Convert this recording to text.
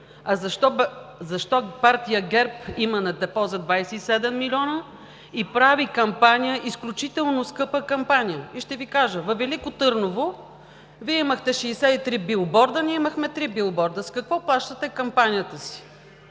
а защо партия ГЕРБ има на депозит 27 милиона и прави кампания, изключително скъпа кампания? Ще Ви кажа – във Велико Търново Вие имахте 63 билборда, ние имахме 3 билборда! С какво плащате кампанията си?